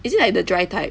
is it like the dry type